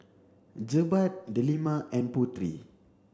Jebat Delima and Putri